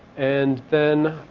and then